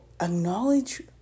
acknowledge